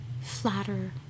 flatter